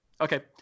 Okay